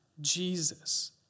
Jesus